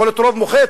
יכול להיות שרוב מוחץ,